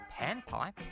panpipe